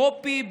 קופי,